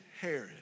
Herod